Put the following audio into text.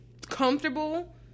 comfortable